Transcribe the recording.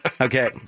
Okay